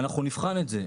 נבחן את זה.